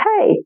hey